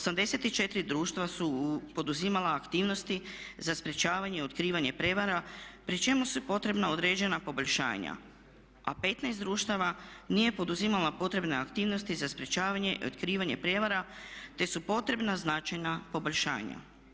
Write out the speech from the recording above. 84 društva su poduzimala aktivnosti za sprječavanje i otkrivanje prijevara pri čemu su potrebna određena poboljšanja, a 15 društava nije poduzimalo potrebne aktivnosti za sprječavanje i otkrivanje prijevara te su potrebna značajna poboljšanja.